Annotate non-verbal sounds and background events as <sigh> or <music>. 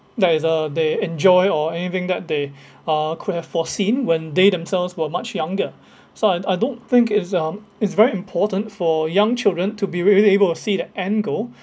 there is uh they enjoy or anything that they <breath> uh could have foreseen when they themselves were much younger so I I don't think it's um it's very important for young children to be really able to see that end goal